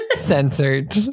Censored